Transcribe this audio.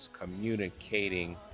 communicating